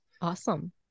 Awesome